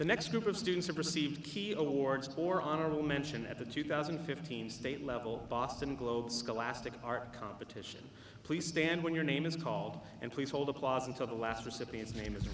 the next group of students have received key awards or honorable mention at the two thousand and fifteen state level boston globe scholastic art competition please stand when your name is called and please hold applause until the last recipients name